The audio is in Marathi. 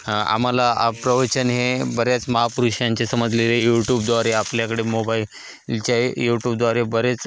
आम्हाला प्रवचन हे बऱ्याच महापुरुषांचे समजलेले यूट्यूबद्वारे आपल्याकडे मोबाई लचे यूट्यूबद्वारे बरेच